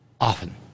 often